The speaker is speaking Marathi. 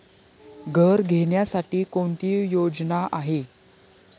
घर घेण्यासाठी कोणती योजना आहे?